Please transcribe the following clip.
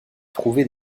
trouvé